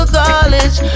college